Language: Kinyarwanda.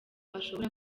ashobora